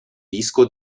disco